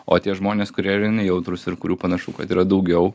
o tie žmonės kurie yra nejautrūs ir kurių panašu kad yra daugiau